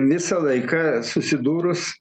visą laiką susidūrus